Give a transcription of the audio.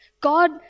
God